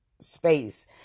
space